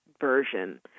version